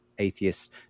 atheists